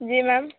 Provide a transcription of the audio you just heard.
जी ma'am